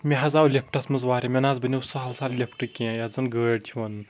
مےٚ حظ آو لِفٹَس منٛز واریاہ مےٚ نہٕ حظ بنیٚو سَہَل سَہَل لِفٹ کینٛہہ یَتھ زَن گٲڑۍ چھِ وَنان